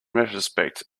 retrospect